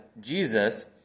Jesus